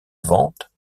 vente